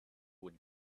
would